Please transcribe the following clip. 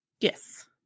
Yes